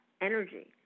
energy